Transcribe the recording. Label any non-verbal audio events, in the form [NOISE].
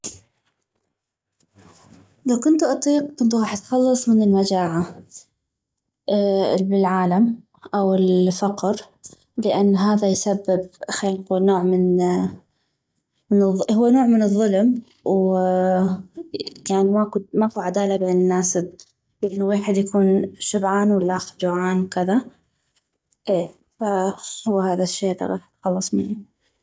لو كنتو اطيق كنتو غاح اتخلص من المجاعة [HESITATION] ال بالعالم او الفقر لان هذا يسبب خلي نقول نوع من هو نوع من الظلم وماكو [NOISE] ماكو عدالة بين الناس انو ويحد يكون شبعان والخ جوعان وهكذ اي فهو هذا الشي الي غاح اتخلص منو